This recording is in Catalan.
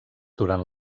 durant